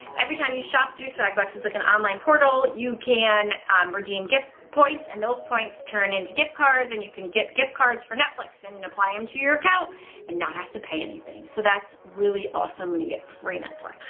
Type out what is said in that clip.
every time you shop through swag bucks, it's like an online portal. you can redeem gift points, and those points turn into gift cards. and you can get gift cards for netflix and and apply them um to your account and not have to pay anything. so that's really awesome when you get free netflix.